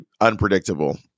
unpredictable